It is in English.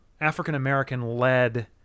African-American-led